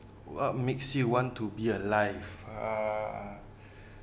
what makes you want to be alive ah